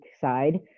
side